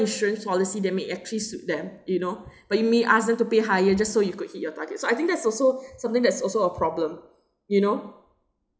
insurance policy that may actually suit them you know but you may ask them to pay higher just so you could hit your target so I think that's also something that's also a problem you know